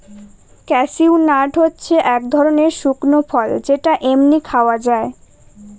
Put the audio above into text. cashew nut হচ্ছে এক ধরনের শুকনো ফল যেটা এমনি খাওয়া যায়